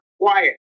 quiet